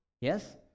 yes